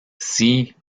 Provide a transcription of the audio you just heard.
see